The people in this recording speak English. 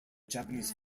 japanese